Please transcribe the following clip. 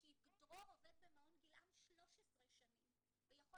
דרור עובד במעון 'גילעם' 13 שנים והוא יכול